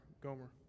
gomer